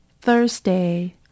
Thursday